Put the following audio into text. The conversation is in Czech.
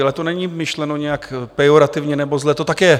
Ale to není myšleno nějak pejorativně nebo zle, to tak je.